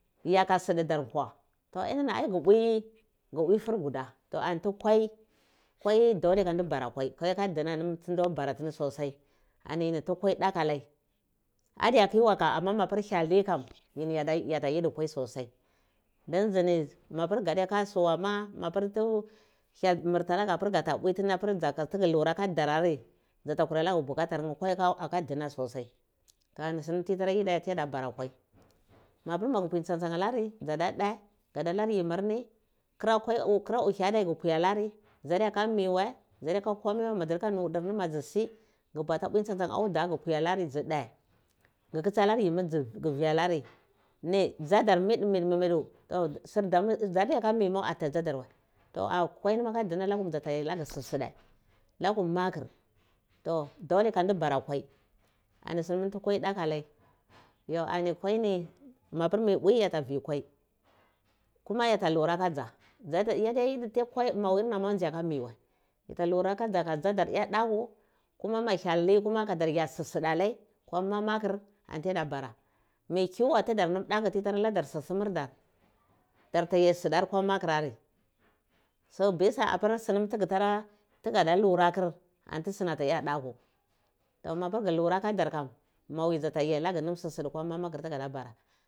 Yaka sidhe dar nkwa to inini ai dar ghu pwi fur guda to inini aitu kwai kwai dole ai fa ndi bura tini sosai ai koi aka ndina num tuno bara tini sosai ai antu gini kwai datu alai adiyakiwa antu ma hyel li kam yini yata yidi kwai sosai ndun dzini mapi gadyaka suma ba tu hyel mirti alagheh pir ghata pwitinar pir dza tugu lura aka dari dzata kurai alaga butakar nheh kwai aka ndina sosai to ani sunam ti yidai tiyada bara kwai mapir ghu mpwi tson tsan alari dzuda yid dze ghada lar yimmimi kura uhi adai gu pwi alori dzadiyoka mi whai dzadiya ka komai woi modzu luka ndudir ni modza sigu bata pwi tsan tsan auda gh bata pwi alori dzu ahe ghu kitsi alur yimmi gu vi alarr hir dzadar ni mid mid middu toh sur damu dzadiyata mimawaye surdamu ada dzada wai toh kwai maka dina dzada yaitagheh su side lakum makur toh dole ka ndi bara kwai ani sutum kwai daku alai ya ani kwaini mapur yi pwi yata vi kua kuma yata lura ka dja yoda yidi ti kwa mawir na nzi aka mi wa yata lura ka dza kadzador ya daku kuma ma hyel lima kadar yi su suda alai ko mamakir antiya bara mi kiyo tidar nam daku ti tara ladar su sumur dor dar ta yai sudar ko makur ari so bisa sonam apir tagu tara tuguta luro kur antu suni ataya daku to mapir gwulutakadar kam mawi dzaka yai alagheh nam su sadhe.